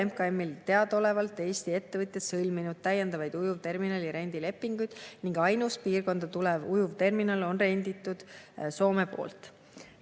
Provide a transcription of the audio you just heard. MKM-ile teadaolevalt Eesti ettevõtjad sõlminud täiendavaid ujuvterminali rendilepinguid ning ainus piirkonda tulev ujuvterminal on Soome